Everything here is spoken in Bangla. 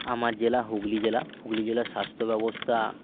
আমার জেলা হুগলি জেলা হুগলি জেলার স্বাস্থ্যব্যবস্থা